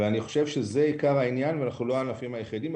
אני חושב שזה עיקר העניין ואנחנו לא הענפים היחידים.